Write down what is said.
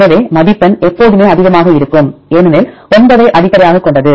எனவே மதிப்பெண் எப்போதுமே அதிகமாக இருக்கும் ஏனெனில் 9 ஐ அடிப்படையாகக் கொண்டது